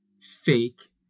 fake